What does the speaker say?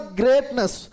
greatness